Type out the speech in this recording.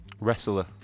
Wrestler